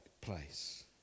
place